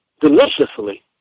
deliciously